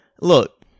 Look